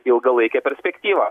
ilgalaikę perspektyvą